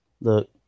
Look